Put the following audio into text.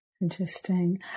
interesting